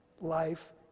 life